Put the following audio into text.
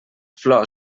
flor